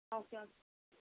okay okay